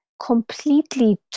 completely